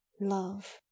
love